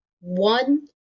One